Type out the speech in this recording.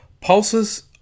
Pulses